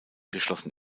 geschlossen